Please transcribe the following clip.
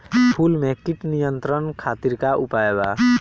फूल में कीट नियंत्रण खातिर का उपाय बा?